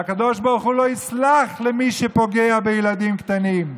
והקדוש ברוך הוא לא יסלח למי שפוגע בילדים קטנים.